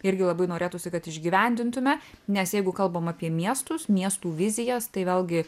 irgi labai norėtųsi kad išgyvendintume nes jeigu kalbam apie miestus miestų vizijas tai vėlgi